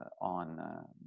on